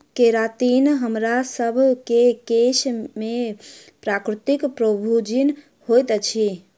keratin हमरासभ केँ केश में प्राकृतिक प्रोभूजिन होइत अछि